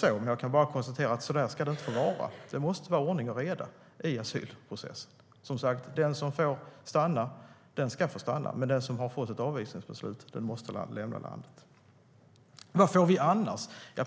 Men jag kan bara konstatera att så ska det inte vara. Det måste vara ordning och reda i asylprocessen. Den som får stanna ska få stanna, men den som har fått ett avvisningsbeslut måste lämna landet. Vad får vi annars?